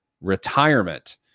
retirement